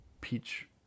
peach